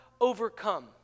overcome